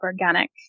organic